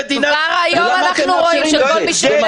כבר היום אנחנו רואים שלא כל מי שיוצא,